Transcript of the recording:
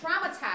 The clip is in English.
traumatized